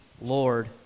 Lord